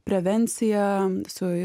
prevencija su